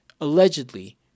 allegedly